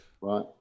Right